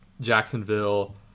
Jacksonville